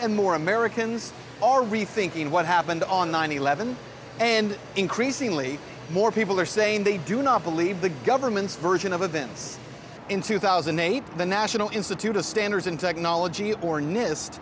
and more americans are rethinking what happened on nine eleven and increasingly more people are saying they do not believe the government's version of events in two thousand and eight the national institute of standards and technology or nist